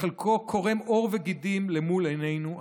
וחלקו קורם עור וגידים למול עינינו אנו.